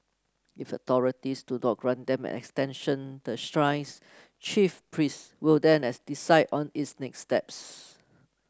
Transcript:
if authorities do not grant them an extension the shrine's chief priest will then as decide on its next steps